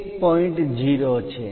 0 છે